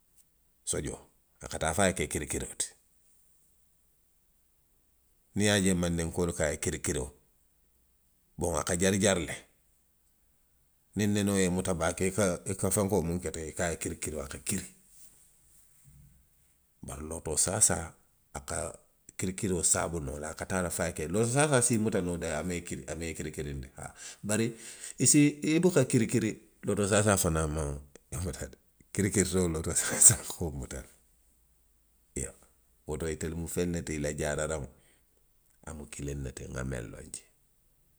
Sojoo, a ka taa fo a ye ke kirikiroo ti. Niŋ i ye a je mandinkoolu ko a ye kirikiroo, boŋ a ka jarijari le niŋ nenoo ye i muta baake. i ka, i ka fenkoo muŋ ke teŋ i ko a ye kirikiroo, a ka kiri. Bari lootoo saasaa, a ka kirikiroo saabu noo le. A ka taa le fo a ye ke. lootoo saasaa se i muta noo le, a maŋ i, a maŋ i kirikirindi, haa. Bari, i si, i buka kirikiri. lootoo saasaa fanaŋ maŋ i muta de. Kirikiritoo lootoo saasaa ka wo muta le. Iyoo, wo to itelu mu feŋ ne ti, i la jaararaŋo, a mu kiliŋ ne ti nŋa miŋ loŋ jee.